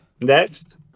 Next